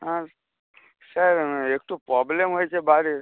sir একটু problem হয়েছে বাড়ির